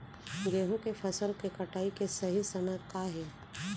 गेहूँ के फसल के कटाई के सही समय का हे?